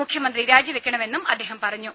മുഖ്യമന്ത്രി രാജിവെക്കണമെന്നും അദ്ദേഹം പറഞ്ഞു